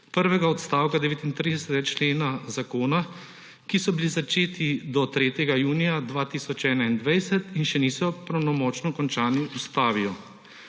prvega odstavka 39. člena zakona, ki so bili začeti do 3. junija 2021 in še niso pravnomočno končani, ustavijo.